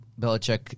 Belichick